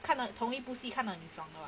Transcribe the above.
了